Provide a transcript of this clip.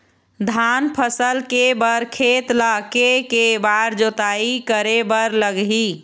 धान फसल के बर खेत ला के के बार जोताई करे बर लगही?